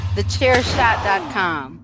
TheChairShot.com